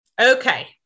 Okay